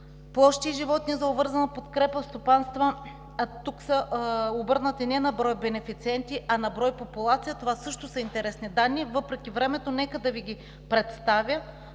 Площи и животни за обвързана подкрепа в стопанства. Тук са обърнати не на брой бенефициенти, а на брой популация – това също са интересни данни. Въпреки времето, нека да Ви ги представя.